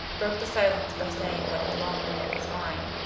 broke the silence by saying what had long been in his mind.